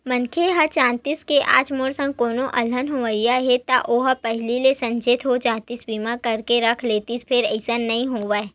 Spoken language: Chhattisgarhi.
मनखे ह जानतिस के आज मोर संग कोनो अलहन होवइया हे ता ओहा पहिली ले सचेत हो जातिस बीमा करा के रख लेतिस फेर अइसन नइ होवय